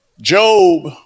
Job